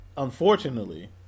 Unfortunately